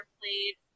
played